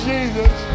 Jesus